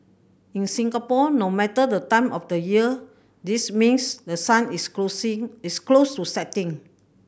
in Singapore no matter the time of the year this means the sun is closing is close to setting